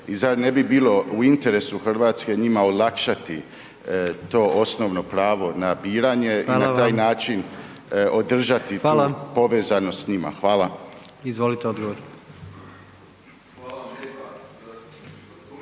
i zar ne bi bilo u interesu Hrvatske njima olakšati to osnovno pravo na biranje i na taj način održati tu povezanost s njima? Hvala. **Jandroković,